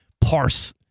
parse